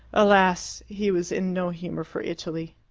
alas! he was in no humour for italy.